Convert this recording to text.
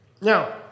Now